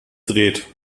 dreht